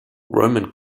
roman